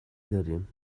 داریم